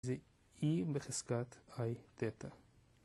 זה E בחזקת I תטא